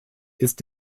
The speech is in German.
ist